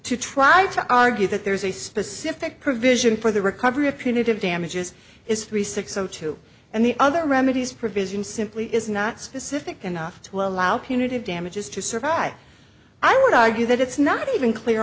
to try to argue that there's a specific provision for the recovery of punitive damages is three six o two and the other remedies provision simply is not specific enough to allow punitive damages to survive i would argue that it's not even clear